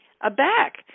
aback